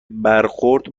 برخورد